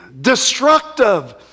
destructive